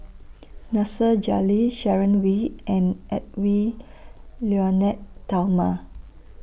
Nasir Jalil Sharon Wee and Edwy Lyonet Talma